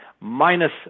minus